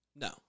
No